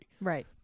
Right